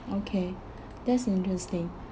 okay that's interesting